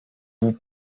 vous